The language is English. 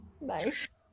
Nice